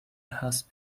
has